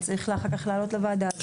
אחר-כך לעלות לוועדה,